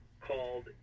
called